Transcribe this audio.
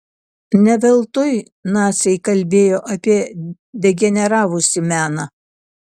ne veltui naciai kalbėjo apie degeneravusį meną